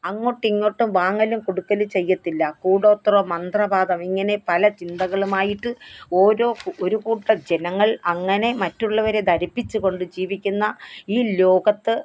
അങ്ങോട്ടും ഇങ്ങോട്ടും വാങ്ങലും കൊടുക്കലും ചെയ്യത്തില്ല കൂടോത്രം മന്ത്രവാതം ഇങ്ങനെ പല ചിന്തകളുമായിട്ട് ഓരോ ഒരുകൂട്ടം ജനങ്ങള് അങ്ങനെ മറ്റുള്ളവരെ ധരിപ്പിച്ച് കൊണ്ടുജീവിക്കുന്ന ഈ ലോകത്ത്